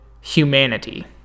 humanity